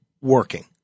working